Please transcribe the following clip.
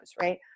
right